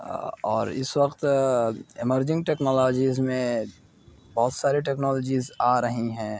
اور اس وقت ایمرجنگ ٹیکنالوجیز میں بہت ساری ٹیکنالوجیز آ رہی ہیں